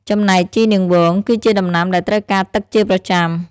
ចំណែកជីរនាងវង គឺជាដំណាំដែលត្រូវការទឹកជាប្រចាំ។